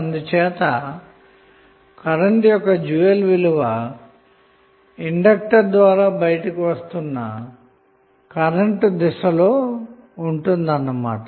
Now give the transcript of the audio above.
అందుచేత కరెంటు యొక్క డ్యూయల్ విలువ ఇండక్టర్ ద్వారా బయటకు వస్తున్న డ్యూయల్ కరెంటు దిశలో ఉంటుంది అన్న మాట